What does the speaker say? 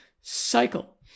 cycle